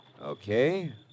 Okay